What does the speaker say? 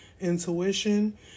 intuition